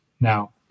now